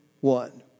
one